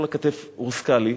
כל הכתף רוסקה לי.